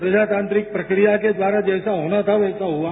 प्रजातांत्रिक प्रक्रिया के द्वारा जैसा होना था वैसा हुआ